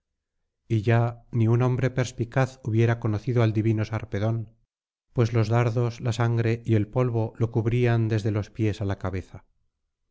y ya ni un hombre perspicaz hubiera conocido al divino sarpedón pues los dardos la sangre y el polvo lo cubrían desde los pies á la cabeza